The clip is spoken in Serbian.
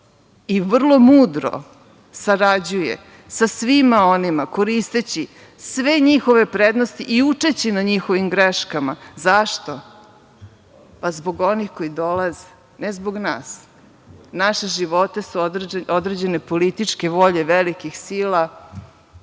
Vrlo mudro sarađuje sa svima onima koristeći sve njihove prednosti i učeći na njihovim greškama. Zašto? Pa zbog onih koji dolaze, ne zbog nas. Naše živote su određene političke volje velikih sila